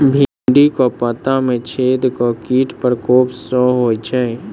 भिन्डी केँ पत्ता मे छेद केँ कीटक प्रकोप सऽ होइ छै?